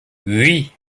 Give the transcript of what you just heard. oui